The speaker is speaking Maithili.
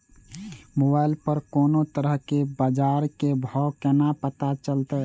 मोबाइल पर कोनो तरह के बाजार के भाव केना पता चलते?